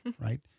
right